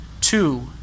Two